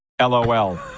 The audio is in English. LOL